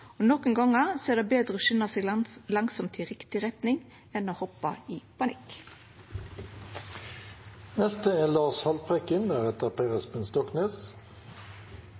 og nokre gongar er det betre å skunda seg langsamt i riktig retning enn å hoppa i